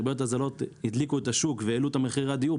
שהריביות הזולות הדליקו את השוק והעלו את מחירי הדיור.